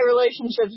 relationships